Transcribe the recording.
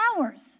hours